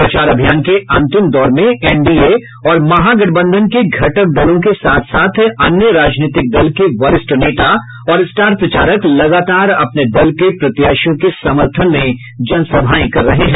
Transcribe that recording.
प्रचार अभियान के अंतिम दौर में एनडीए और महागठबंधन के घटक दलों के साथ साथ अन्य राजनीतिक दल के वरिष्ठ नेता और स्टार प्रचारक लगातार अपने दल के प्रत्याशियों के समर्थन में जनसभाएं कर रहे हैं